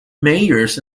mayors